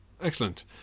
Excellent